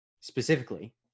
Specifically